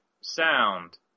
Sound